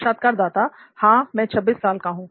साक्षात्कारदाता हां मैं 26 साल का हूं